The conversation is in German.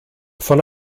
von